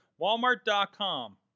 Walmart.com